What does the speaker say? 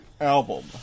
album